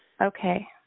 Okay